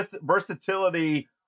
versatility